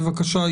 בבקשה,